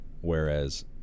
Whereas